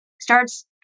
starts